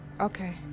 okay